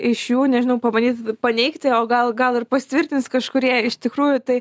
iš jų nežinau pabandyt paneigti o gal gal ir pasitvirtins kažkurie iš tikrųjų tai